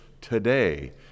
today